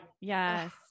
Yes